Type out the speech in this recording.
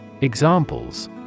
Examples